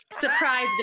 surprised